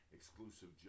Exclusive